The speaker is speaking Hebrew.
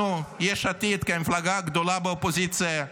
אנחנו, יש עתיד, כמפלגה הגדולה באופוזיציה,